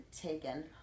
taken